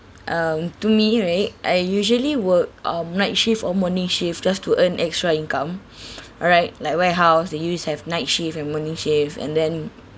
um to me right I usually work um night shift or morning shift just to earn extra income alright like warehouse they used to have night shift and morning shift and then